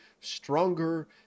stronger